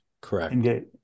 correct